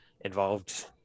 involved